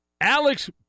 Alex